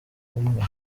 umwe